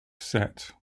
set